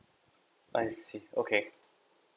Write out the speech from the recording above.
I see okay